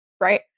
right